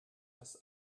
das